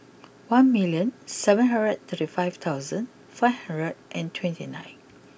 one million seven hundred thirty five thousand five hundred and twenty nine